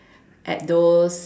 at those